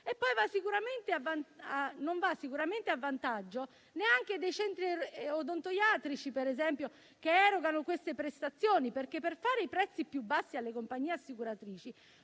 e non va sicuramente a vantaggio neanche dei centri odontoiatrici, per esempio, che erogano queste prestazioni, perché per fare i prezzi più bassi alle compagnie assicuratrici